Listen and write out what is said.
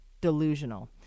delusional